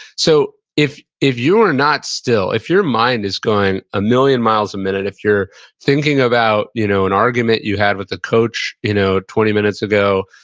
so, if if you are not still, if your mind is going a million miles a minute, if you're thinking about you know an argument you had with the coach you know twenty minutes ago,